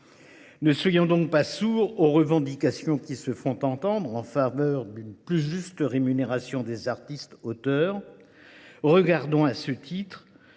Ne soyons pas sourds aux revendications qui se font entendre en faveur d’une plus juste rémunération des artistes auteurs. Regardons à ce titre